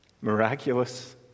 miraculous